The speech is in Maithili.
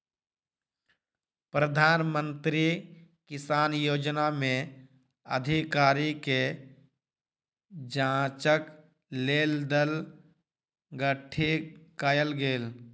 प्रधान मंत्री किसान योजना में अधिकारी के जांचक लेल दल गठित कयल गेल